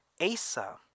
Asa